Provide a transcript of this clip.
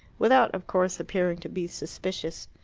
without, of course, appearing to be suspicious.